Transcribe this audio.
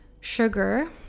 sugar